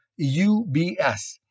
UBS